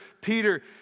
Peter